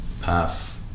path